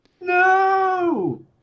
No